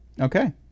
Okay